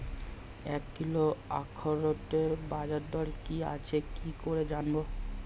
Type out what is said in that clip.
এক কিলোগ্রাম আখরোটের বাজারদর কি আছে কি করে জানবো?